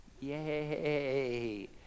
Yay